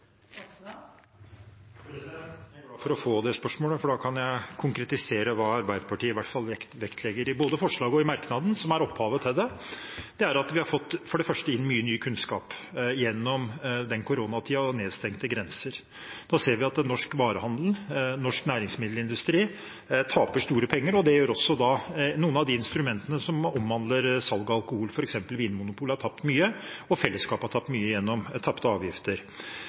Jeg er glad for å få det spørsmålet, for da kan jeg konkretisere hva i hvert fall Arbeiderpartiet vektlegger i både forslaget og merknaden, som er opphavet til det. Det er at vi for det første har fått mye ny kunnskap gjennom koronatiden og nedstengte grenser. Nå ser vi at norsk varehandel, norsk næringsmiddelindustri taper store penger, og det gjør også noen av de instrumentene som omhandler salg av alkohol, f.eks. har Vinmonopolet tapt mye, og fellesskapet har tapt mye gjennom tapte avgifter.